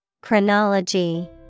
Chronology